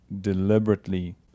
deliberately